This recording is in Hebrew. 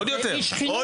עוד יותר חמור.